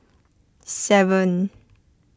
seven